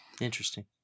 interesting